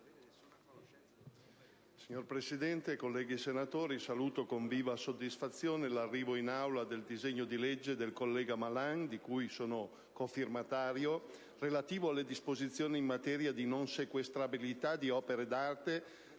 Signor Presidente, saluto con viva soddisfazione l'arrivo in Aula del disegno di legge del collega Malan, di cui sono cofirmatario, relativo alle disposizioni in materia di non sequestrabilità di opere d'arte